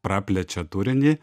praplečia turinį